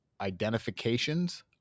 identifications